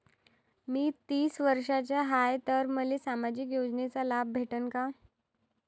मी तीस वर्षाचा हाय तर मले सामाजिक योजनेचा लाभ भेटन का?